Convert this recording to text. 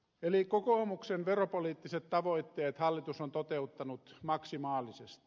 eli kokoomuksen veropoliittiset tavoitteet hallitus on toteuttanut maksimaalisesti